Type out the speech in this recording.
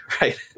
right